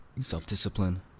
self-discipline